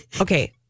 Okay